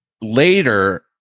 later